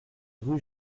rue